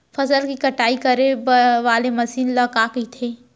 फसल की कटाई करे वाले मशीन ल का कइथे?